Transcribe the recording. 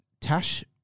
Tash